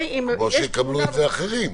או אחרים.